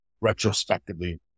retrospectively